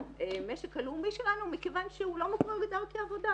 במשק הלאומי שלנו מכוון שהוא לא מוגדר כעבודה.